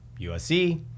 USC